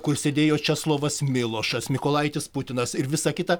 kur sėdėjo česlovas milošas mykolaitis putinas ir visą kitą